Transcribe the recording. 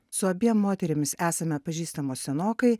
su abiem moterimis esame pažįstamos senokai